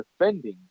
defending